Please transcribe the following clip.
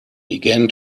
began